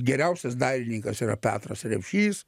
geriausias dailininkas yra petras repšys